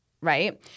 right